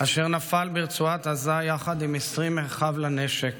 אשר נפל ברצועת עזה יחד עם 20 אחיו לנשק